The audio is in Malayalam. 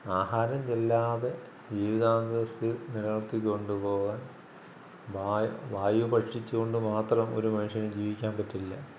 ആഹാരം ചെല്ലാതെ ജീവിതാന്തസ്ഥ്യം നിലനിർത്തിക്കൊണ്ട് പോകാൻ വായു ഭക്ഷിച്ചുകൊണ്ട് മാത്രം ഒരു മനുഷ്യന് ജീവിക്കാൻ പറ്റില്ല